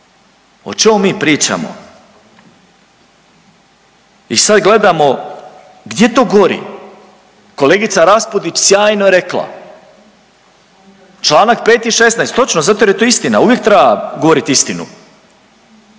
O čemu mi pričamo? I sad gledamo gdje to gori? Kolegica Raspudić sjajno rekla, čl. 5 i 16, točno, zato jer je to istina, uvijek treba govoriti istinu.